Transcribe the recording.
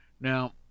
Now